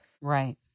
Right